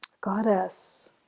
goddess